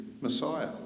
Messiah